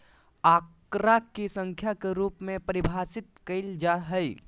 आंकड़ा के संख्या के रूप में परिभाषित कइल जा हइ